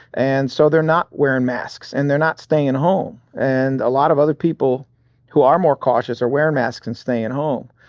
and so they're not wearin' masks and they're not stayin' home. and a lot of other people who are more cautious are wearing masks and stayin' home.